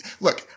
look –